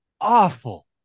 awful